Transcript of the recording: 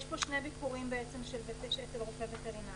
יש שני ביקורים אצל רופא וטרינר.